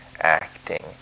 acting